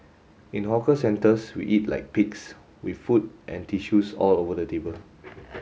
in hawker centres we eat like pigs with food and tissues all over the table